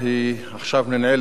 היא עכשיו ננעלת,